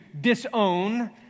disown